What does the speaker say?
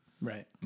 Right